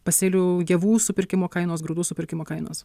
pasėlių javų supirkimo kainos grūdų supirkimo kainos